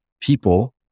people